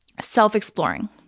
self-exploring